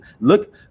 look